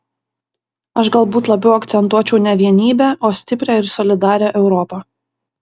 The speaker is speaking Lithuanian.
aš galbūt labiau akcentuočiau ne vienybę o stiprią ir solidarią europą